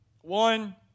One